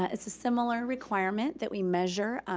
ah it's a similar requirement that we measure,